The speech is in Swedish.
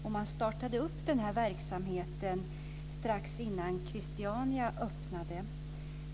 Man startade denna verksamhet strax innan Christiania öppnade.